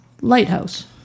Lighthouse